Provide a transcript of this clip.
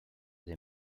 des